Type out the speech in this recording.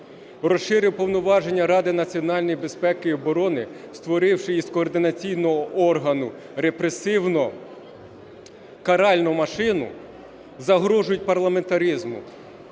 розширив повноваження Ради національної безпеки і оборони, створивши із координаційного органу репресивно-каральну машину, загрожують парламентаризму,